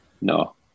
no